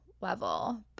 level